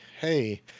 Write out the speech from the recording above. Hey